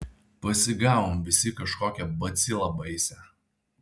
pasigavom visi kažkokią bacilą baisią